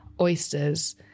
oysters